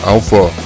Alpha